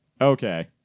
okay